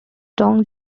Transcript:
dong